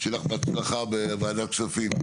שיהיה לך בהצלחה בוועדת כספים.